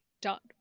Dot